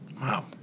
Wow